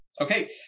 Okay